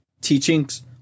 teachings